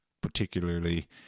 particularly